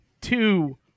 two